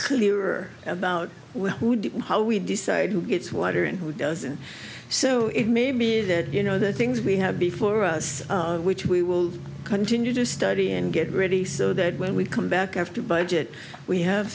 clearer about how we decide who gets water and who doesn't so it may be that you know the things we have before us which we will continue to study and get ready so that when we come back after budget we have